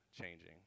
changing